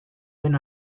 den